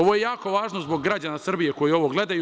Ovo je jako važno zbog građana Srbije koji ovo gledaju.